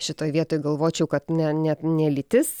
šitoj vietoj galvočiau kad ne ne ne lytis